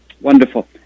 Wonderful